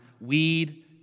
weed